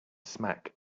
smack